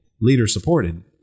leader-supported